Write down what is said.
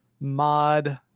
mod